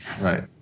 right